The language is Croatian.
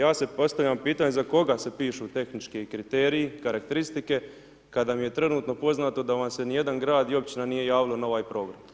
Ja sad postavljam pitanje, za koga se pišu tehnički kriteriji, karakteristike kada mi je trenutno poznato da vam se ni jedan grad i općina nije javila na ovaj program?